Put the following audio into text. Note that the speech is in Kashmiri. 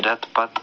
رٮ۪تہٕ پتہٕ